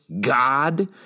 god